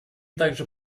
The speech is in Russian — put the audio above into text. также